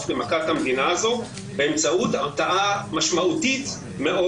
למכת המדינה הזאת באמצעות הרתעה משמעותית מאוד.